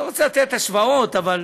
אני לא רוצה לתת השוואות, אבל